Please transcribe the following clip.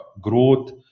Growth